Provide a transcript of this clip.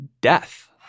death